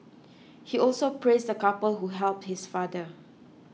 he also praised the couple who helped his father